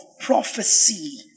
prophecy